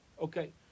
Okay